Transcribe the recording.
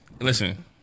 listen